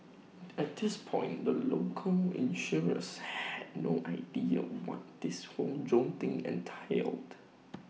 at this point the local insurers had no idea what this whole drone thing entailed